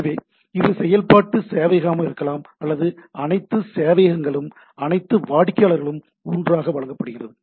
எனவே இது செயல்பாட்டு சேவையகமாக இருக்கலாம் அல்லது அனைத்து சேவையகங்களும் அனைத்து வாடிக்கையாளர்களும் ஒன்றாக வழங்கப்படுகின்றன